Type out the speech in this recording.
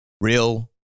Real